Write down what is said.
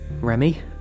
Remy